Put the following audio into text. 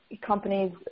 companies